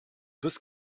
this